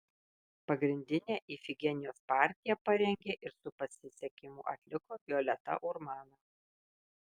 pagrindinę ifigenijos partiją parengė ir su pasisekimu atliko violeta urmana